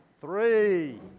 Three